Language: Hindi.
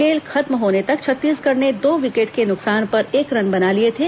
खेल खत्म होने तक छत्तीसंगढ़ ने दो विकेट के नुकसान पर एक रना बना लिए थे